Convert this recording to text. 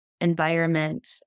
environment